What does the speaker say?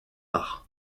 art